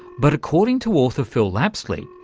but, according to author phil lapsley,